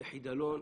זה חדלון,